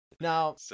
Now